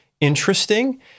interesting